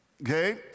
Okay